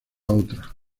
otra